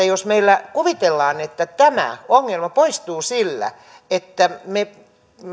jos meillä kuvitellaan että tämä ongelma poistuu sillä että me